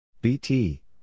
BT